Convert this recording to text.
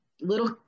Little